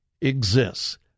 exists